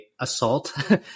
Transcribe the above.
assault